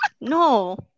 No